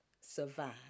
survive